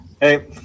Hey